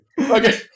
Okay